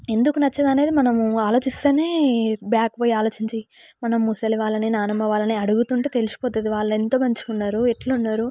ఎందుకు నచ్చదు అనేది మనం ఆలోచిస్తేనే బ్యాక్ పోయి ఆలోచించి మనం ముసలి వాళ్ళని నానమ్మ వాళ్ళని అడుగుతుంటే తెలిసిపోతుంది వాళ్ళు అంత మంచిగా ఉన్నారో ఎట్ల ఉన్నారో